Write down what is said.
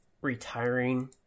retiring